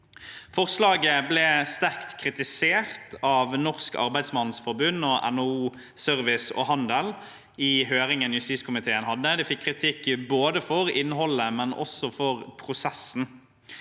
Forslaget ble sterkt kritisert av Norsk Arbeidsmandsforbund og NHO Service og Handel i høringen som justiskomiteen hadde. Det fikk kritikk både for innholdet og for prosessen.